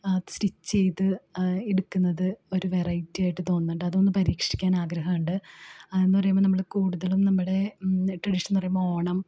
stitch ചെയ്ത് എടുക്കുന്നത് ഒരു വെറൈറ്റി ആയിട്ട് തോന്നുന്നുണ്ട് അതൊന്നു പരീക്ഷിക്കാൻ ആഗ്രഹമുണ്ട് അതെന്നു പറയുമ്പോൾ നമ്മൾ കൂടുതലും നമ്മുടെ ട്രഡീഷണൽ എന്നു പറയുമ്പോൾ ഓണം